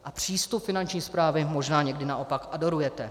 A přístup Finanční správy možná někdy naopak adorujete.